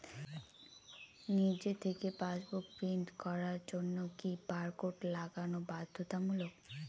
নিজে থেকে passbook print করার জন্য কি বারকোড লাগানো বাধ্যতামূলক?